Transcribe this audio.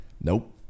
Nope